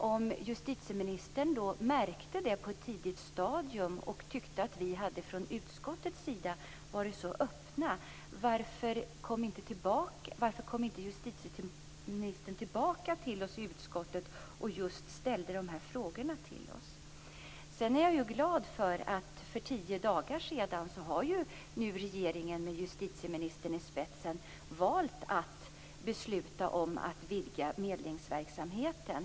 Om justitieministern på ett tidigt stadium lade märke till att vi från utskottets sida var så öppna, varför kom justitieministern då inte tillbaka till oss och ställde frågor om detta till oss? Jag är glad över att regeringen med justitieministern i spetsen för tio dagar sedan beslutade att vidga medlingsverksamheten.